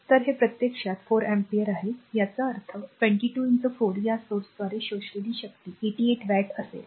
तर हे प्रत्यक्षात r 4 अँपिअर आहे याचा अर्थ 22 4 या स्त्रोताद्वारे शोषलेली शक्ती 88 वॅट असेल